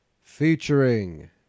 featuring